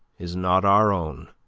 is not our own,